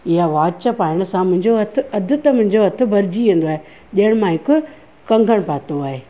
इहा वॉच पाइण सां मुंहिंजो हथु अधु त मुंहिंजो हथु भरिजी वेंदो आहे ॾियण मां हिकु कंगणु पातो आहे